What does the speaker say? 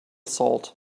salt